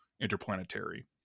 interplanetary